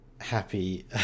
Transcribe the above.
happy